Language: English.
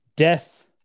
Death